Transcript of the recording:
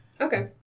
Okay